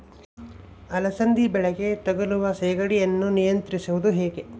ಅಲಸಂದಿ ಬಳ್ಳಿಗೆ ತಗುಲುವ ಸೇಗಡಿ ಯನ್ನು ನಿಯಂತ್ರಿಸುವುದು ಹೇಗೆ?